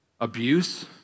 Abuse